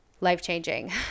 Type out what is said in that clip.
life-changing